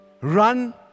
Run